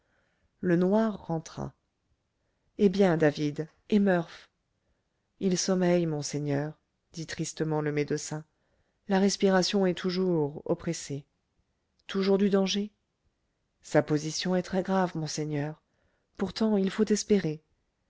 le noir rentra eh bien david et murph il sommeille monseigneur dit tristement le médecin la respiration est toujours oppressée toujours du danger sa position est très grave monseigneur pourtant il faut espérer